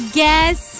guess